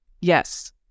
yes